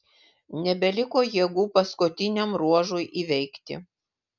nebeliko jėgų paskutiniam ruožui įveikti